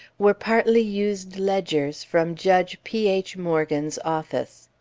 were partly used ledgers from judge p. h. morgan's office.